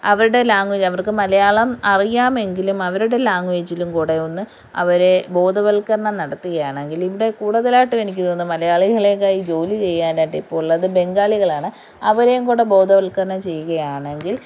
അവരുടെ ലാംഗ്വേജ് അവർക്ക് മലയാളം അറിയാമെങ്കിലും അവരുടെ ലാംഗ്വേജിലും കൂടെ ഒന്ന് അവരെ ബോധവൽക്കരണം നടത്തുകയാണെങ്കിൽ ഇവിടെ കൂടുതലായിട്ടും എനിക്ക് തോന്നുന്നു മലയാളികളെക്കാൾ ഈ ജോലി ചെയ്യാനായിട്ട് ഇപ്പോൾ ഉള്ളത് ബംഗാളികളാണ് അവരേയുംകൂടി ബോധവൽക്കരണം ചെയ്യുകയാണെങ്കിൽ